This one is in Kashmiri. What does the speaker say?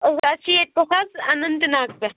اَسہِ چھ ییٚتہِ پٮ۪ٹھ حظ اننت ناگہٕ پٮ۪ٹھ